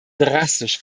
drastisch